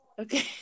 Okay